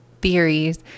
theories